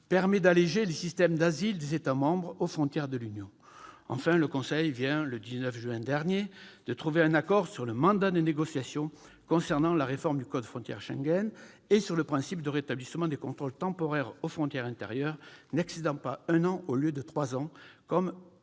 permet d'alléger les systèmes d'asile des États membres aux frontières de l'Union. Enfin, le Conseil a trouvé un accord, le 19 juin dernier, sur un mandat de négociation concernant la réforme du code frontières Schengen et sur le principe de rétablissement des contrôles temporaires aux frontières intérieures n'excédant pas un an au lieu de trois ans comme proposé